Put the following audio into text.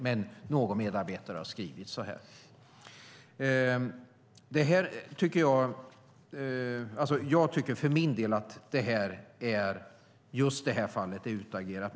Men någon medarbetare har skrivit på detta sätt. Jag tycker för min del att just detta fall är utagerat.